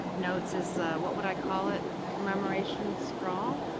notes is what would i call it, commemoration sprawl?